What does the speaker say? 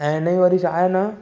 ऐं हिन जो वरी छा आहे न